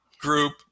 group